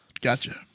Gotcha